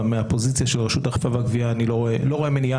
מהעמדה של רשות האכיפה והגבייה אני לא רואה מניעה.